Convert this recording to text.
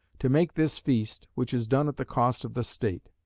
to make this feast which is done at the cost of the state.